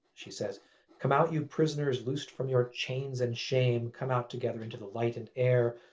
she says come out, you prisoners, loosed from your chains and shame, come out together, into the light and air,